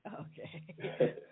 Okay